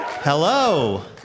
Hello